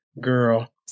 girl